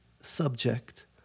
Subject